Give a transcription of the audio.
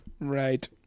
Right